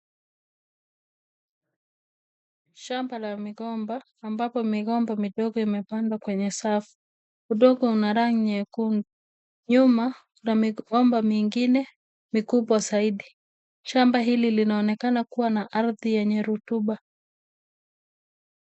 Shamba la migomba ambapo migomba midogo imepandwa kwenye safu, udongo una rangi nyekundu nyuma kuna migomba mingine mikubwa saidi. Shamba hili linaonekana kuwà na ardhi yenye rotuba.